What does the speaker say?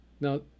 Now